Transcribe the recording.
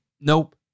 nope